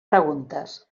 preguntes